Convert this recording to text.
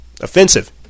Offensive